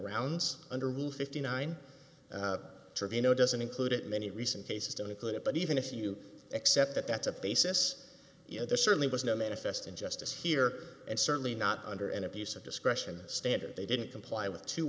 grounds under rule fifty nine dollars trevino doesn't include it many recent cases don't include it but even if you accept that that's a basis you know there certainly was no manifest injustice here and certainly not under an abuse of discretion standard they didn't comply with two